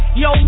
yo